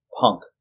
punk